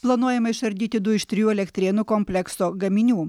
planuojama išardyti du iš trijų elektrėnų komplekso gaminių